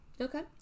Okay